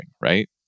right